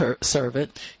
servant